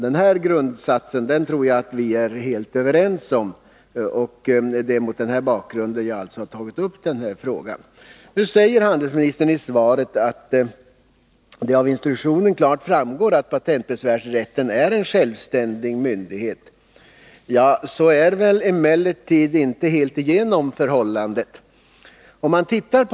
Denna grundsats tror jag vi är helt överens om, och det är mot den bakgrunden jag har tagit upp frågan. Handelsministern säger i svaret att det av instruktionen klart framgår att patentbesvärsrätten är en självständig myndighet. Detta är emellertid inte förhållandet helt igenom.